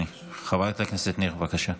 חברת הכנסת ניר, בבקשה.